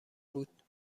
بود